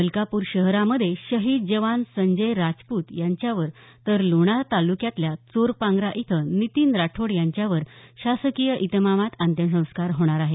मलकाप्र शहरामध्ये शहीद जवान संजय राजप्त यांच्यावर तर लोणार तालुक्यातल्या चोरपांग्रा इथं नितीन राठोड यांच्यावर शासकीय इतमामात अंत्यसंस्कार होणार आहेत